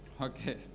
Okay